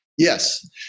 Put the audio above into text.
Yes